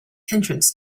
entrance